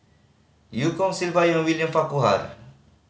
Eu Kong Silvia Yong William Farquhar